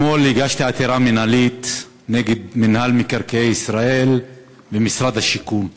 אתמול הגשתי עתירה מינהלית נגד מינהל מקרקעי ישראל ומשרד השיכון.